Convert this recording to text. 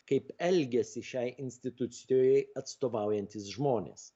kaip elgiasi šiai institucijai atstovaujantys žmonės